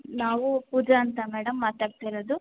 ನಾವು ಪೂಜಾ ಅಂತ ಮೇಡಮ್ ಮಾತಾಡ್ತಾ ಇರೋದು